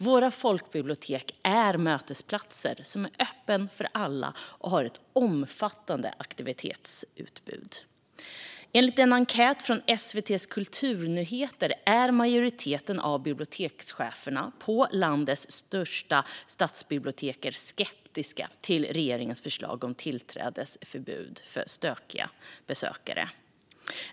Våra folkbibliotek är mötesplatser som är öppna för alla och har ett omfattande aktivitetsutbud. Enligt en enkät från SVT:s Kulturnyheterna är en majoritet av bibliotekscheferna på landets största stadsbibliotek skeptiska till regeringens förslag om tillträdesförbud för stökiga besökare.